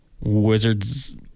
wizards